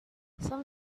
some